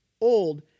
old